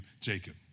Jacob